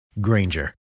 Granger